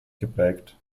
geprägt